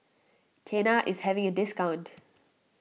Tena is having a discount